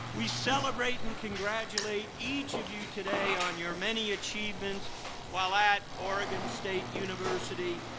we celebrate and congratulate each of you today on your many achievements while at oregon state university.